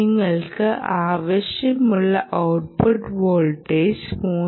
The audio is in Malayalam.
നിങ്ങൾക്ക് ആവശ്യമുള്ള ഔട്ട്പുട്ട് വോൾട്ടേജ് 3